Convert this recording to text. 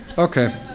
ok.